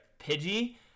Pidgey